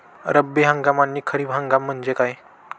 रब्बी हंगाम आणि खरीप हंगाम म्हणजे काय?